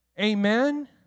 Amen